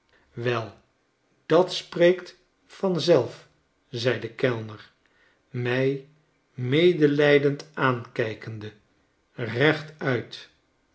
wel dat spreekt vanzelf zei de kellner mij medelijdend aankijkende rechtuit